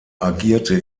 agierte